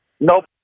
Nope